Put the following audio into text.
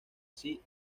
así